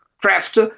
craft